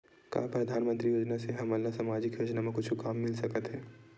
का परधानमंतरी योजना से हमन ला सामजिक योजना मा कुछु काम मिल सकत हे?